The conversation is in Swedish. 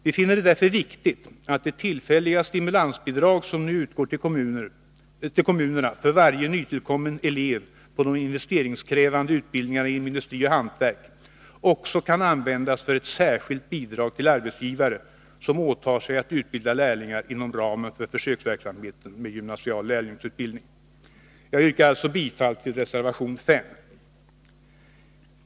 Vi finner det därför viktigt att det tillfälliga stimulansbidrag som nu utgår till kommunerna för varje nytillkommen elev på de investeringskrävande utbildningarna inom industri och hantverk också kan användas för ett särskilt bidrag till arbetsgivare som åtar sig att utbilda lärlingar inom ramen för försöksverksamheten med gymnasial lärlingsutbildning. Jag yrkar alltså bifall till reservation 5.